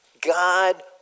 God